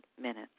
minutes